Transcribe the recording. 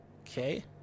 Okay